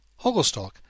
Hogglestock